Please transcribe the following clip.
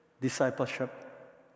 discipleship